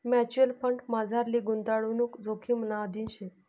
mutual फंडमझारली गुताडणूक जोखिमना अधीन शे